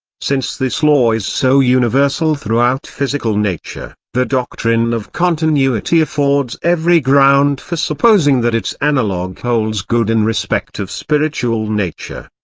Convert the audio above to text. since this law is so universal throughout physical nature, the doctrine of continuity affords every ground for supposing that its analogue holds good in respect of spiritual nature.